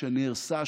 שנהרסה,